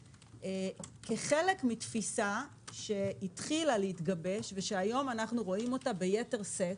כחלק מתפיסה שהתחילה להתגבש ושהיום אנחנו רואים אותה ביתר שאת,